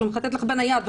הוא מחטט לך בנייד,